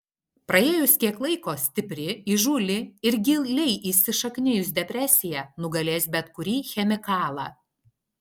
praėjus kiek laiko stipri įžūli ir giliai įsišaknijus depresija nugalės bet kurį chemikalą